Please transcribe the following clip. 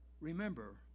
Remember